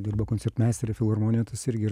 dirba koncertmeistere filharmonijoj tas irgi yra